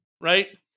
Right